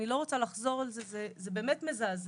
אני לא רוצה לחזור על זה, זה באמת מזעזע.